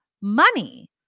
money